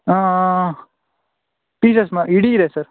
pieces ಮಾ ಇಡೀ ಇದೆ ಸರ್